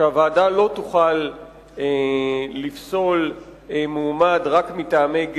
שהוועדה לא תוכל לפסול מועמד רק מטעמי גזע,